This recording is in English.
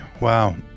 Wow